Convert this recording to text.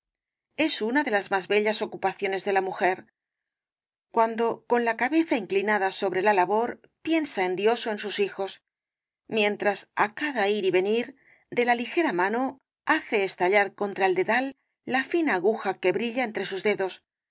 es una de las más bellas ocupaciones de la mujer cuando con la cabeza inclinada sobre la labor piensa en dios ó en sus hijos mientras á cada ir y venir de la ligera mano hace estallar contra al dedal la fina aguja que brilla entre sus dedos no